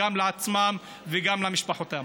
גם לעצמם וגם למשפחתם.